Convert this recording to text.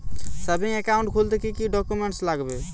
Savings account খুলতে কি কি ডকুমেন্টস লাগবে?